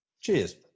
Cheers